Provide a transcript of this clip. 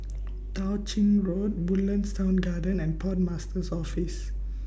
Tao Ching Road Woodlands Town Garden and Port Master's Office